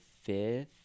Fifth